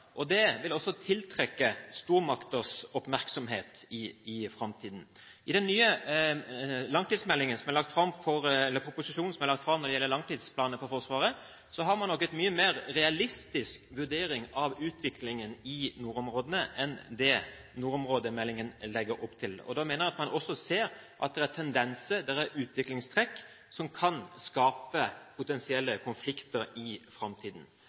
vil også tiltrekke seg stormakters oppmerksomhet i framtiden. I den nye proposisjonen om langtidsplanen for Forsvaret har man nok en mye mer realistisk vurdering av utviklingen i nordområdene enn det nordområdemeldingen legger opp til. Da ser man også tendenser og utviklingstrekk som kan skape potensielle konflikter i framtiden.